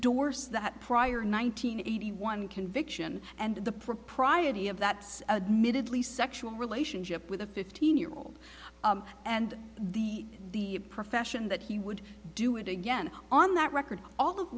dorse that prior nine hundred eighty one conviction and the propriety of that admitted lee sexual relationship with a fifteen year old and the the profession that he would do it again on that record all of